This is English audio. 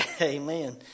Amen